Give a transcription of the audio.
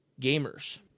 gamers